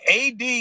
AD